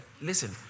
Listen